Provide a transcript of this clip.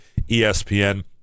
ESPN